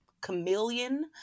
chameleon